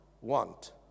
want